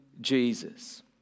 Jesus